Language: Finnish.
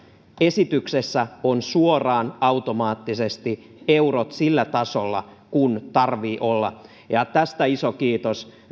esityksessä on suoraan automaattisesti eurot sillä tasolla kuin tarvitsee olla ja tästä iso kiitos